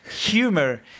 Humor